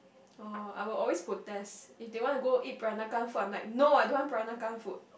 oh I will always protest if they want to go eat Peranakan food I'm like no I don't want Peranakan food